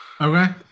okay